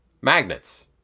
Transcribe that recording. magnets